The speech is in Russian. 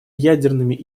ядерными